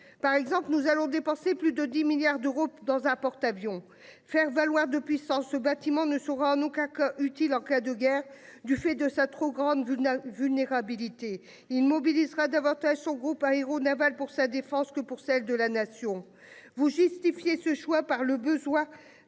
Par exemple nous allons dépenser plus de 10 milliards d'euros dans un porte-avions faire valoir depuis ce bâtiment ne sera en aucun cas utile en cas de guerre du fait de sa trop grande une vulnérabilité il mobilisera davantage son groupe aéronaval pour sa défense que pour celle de la nation vous justifié ce choix par le besoin